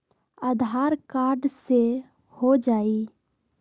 आधार card से हो जाइ?